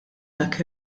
dak